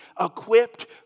equipped